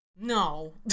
No